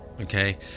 Okay